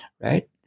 right